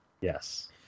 Yes